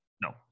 No